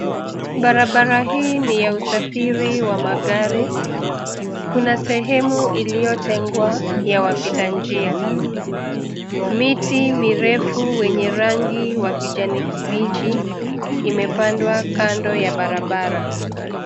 Barabara hii ni ya usafiri wa magari, kuna sehemu iliyotengwa ya wapita njia. Miti mirefu wenye rangi wa kijani kibichi imepandwa kando ya barabara.